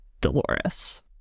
dolores